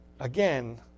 again